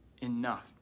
enough